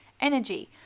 Energy